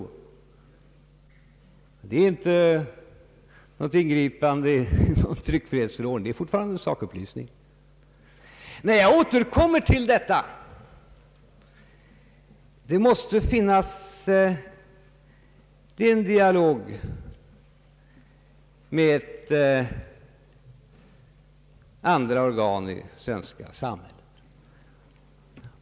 Detta vore inte något ingripande i strid mot tryckfrihetsförordningen — det gällde fortfarande en sakupplysning. Jag återkommer till detta att det måste finnas en dialog mellan statsmakterna och andra organ i det svenska samhället.